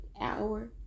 hour